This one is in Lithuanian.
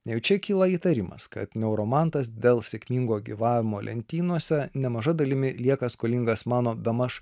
jau čia kyla įtarimas kad neuromantas dėl sėkmingo gyvavimo lentynose nemaža dalimi lieka skolingas mano bemaž